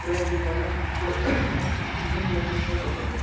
trekking کران تہٕ أکِس دۄن جایَن حظ سایِکَل ضوٚرتھ